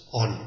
on